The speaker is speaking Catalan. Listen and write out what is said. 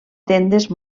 tendes